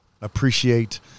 appreciate